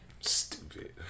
stupid